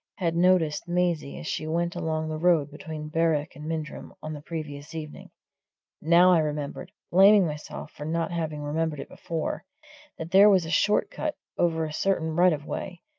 had noticed maisie as she went along the road between berwick and mindrum on the previous evening now i remembered, blaming myself for not having remembered it before, that there was a short cut, over a certain right-of-way,